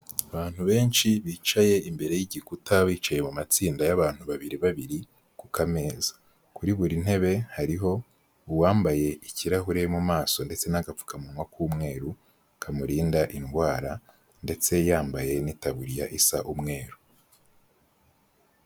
Abantu benshi bicaye imbere y'igikuta bicaye mu matsinda y'abantu babiri babiri ku kameza. Kuri buri ntebe hariho uwambaye ikirahure mu maso ndetse n'agapfukamunwa k'umweru, kamurinda indwara ndetse yambaye n'itaburiya isa umweru.